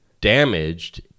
damaged